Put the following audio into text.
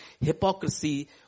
Hypocrisy